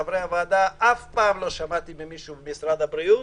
אף פעם לא שמעתי ממישהו במשרד הבריאות